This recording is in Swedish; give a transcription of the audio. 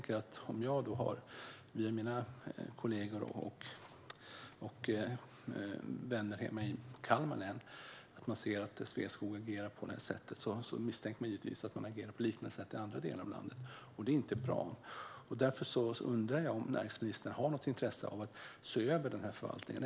Men eftersom jag via mina kollegor och vänner hemma i Kalmar län har fått veta att Sveaskog agerar på detta sätt där kan man givetvis misstänka att de agerar på liknande sätt i andra delar av landet. Det är inte bra. Därför undrar jag om näringsministern har något intresse av att se över förvaltningen.